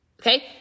Okay